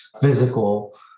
physical